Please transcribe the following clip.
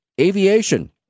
Aviation